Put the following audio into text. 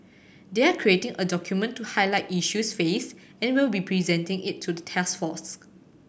they are creating a document to highlight issues faced and will be presenting it to the task force